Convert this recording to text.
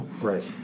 right